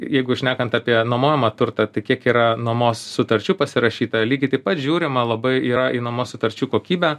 jeigu šnekant apie nuomojamą turtą tai kiek yra nuomos sutarčių pasirašyta lygiai taip pat žiūrima labai yra į nuomos sutarčių kokybę